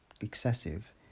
excessive